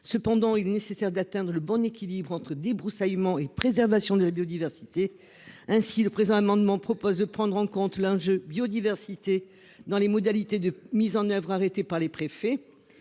Cependant, il est nécessaire d'atteindre le bon équilibre entre débroussaillement et préservation de la biodiversité. Ainsi le présent amendement propose de prendre en compte l'enjeu biodiversité dans les modalités de mise en oeuvre. Arrêté par les préfets.